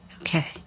Okay